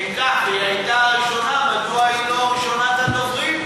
היא הייתה הראשונה, מדוע היא לא ראשונת הדוברים?